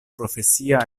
profesia